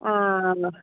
ആ ആണോ